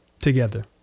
together